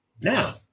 now